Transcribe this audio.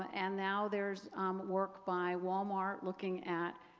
um and now there's a work by walmart looking at,